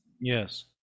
Yes